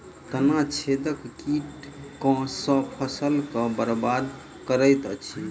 तना छेदक कीट केँ सँ फसल केँ बरबाद करैत अछि?